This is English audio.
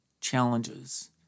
challenges